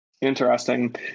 Interesting